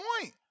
point